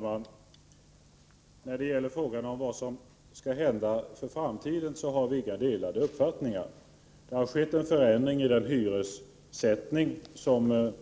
Herr talman! I frågan om vad som skall gälla för framtiden har vi inga delade uppfattningar. Det har skett en förändring i den hyressättning som